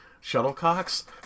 shuttlecocks